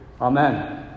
Amen